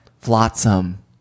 flotsam